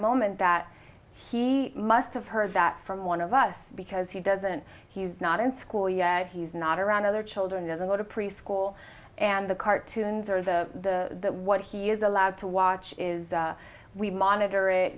moment that he must have heard that from one of us because he doesn't he's not in school yet he's not around other children doesn't go to preschool and the cartoons or the the what he is allowed to watch is we monitor it